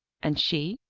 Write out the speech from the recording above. and she,